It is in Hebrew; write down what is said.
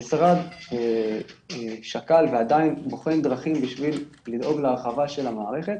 המשרד שקל ועדיין בוחן דרכים בשביל לדאוג להרחבה של המערכת.